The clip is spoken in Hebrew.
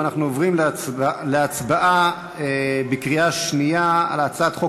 אנחנו עוברים להצבעה בקריאה שנייה על הצעת חוק